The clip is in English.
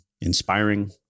inspiring